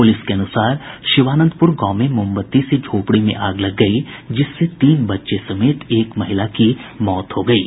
police के अनुसार शिवानंदपुर गांव में मोमबत्ती से झोपड़ी में आग लग गयी जिससे तीन बच्चे समेत एक महिला की मौत हो गयी है